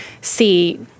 see